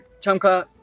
Chamka